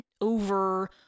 over-